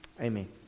Amen